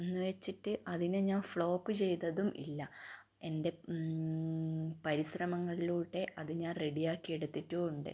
എന്ന് വെച്ചിട്ട് അതിനെ ഞാൻ ഫ്ലോപ്പ് ചെയ്തതും ഇല്ല എൻ്റെ പരിശ്രമങ്ങളിലൂടെ അത് ഞാൻ റെഡി ആക്കി എടുത്തിട്ടും ഉണ്ട്